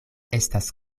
estas